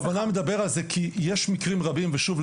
אני בכוונה מדבר על זה כי יש מקרים רבים ושוב,